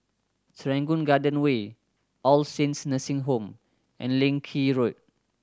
Serangoon Garden Way All Saints Nursing Home and Leng Kee Road